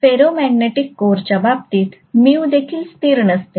तर फेर्यूमॅग्नेटिक कोरच्या बाबतीत mu देखील स्थिर नसते